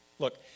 Look